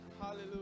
hallelujah